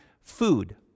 food